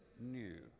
new